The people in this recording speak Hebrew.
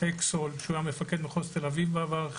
אקסול גם